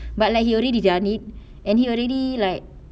but like he already done it and he already like